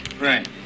Right